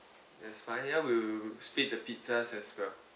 yes fine ya we will split the pizzas as well